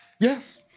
Yes